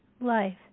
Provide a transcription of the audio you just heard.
life